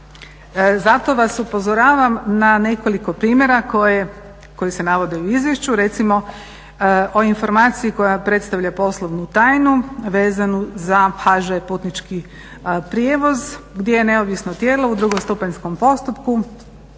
Zato vas upozoravam na nekoliko primjera koji se navode u izvješću, recimo o informaciji koja predstavlja poslovnu tajnu vezanu za HŽ-Putnički prijevoz gdje je neovisno tijelo u drugostupanjskom postupku